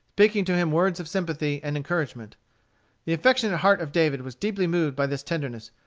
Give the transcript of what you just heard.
speaking to him words of sympathy and encouragement the affectionate heart of david was deeply moved by this tenderness,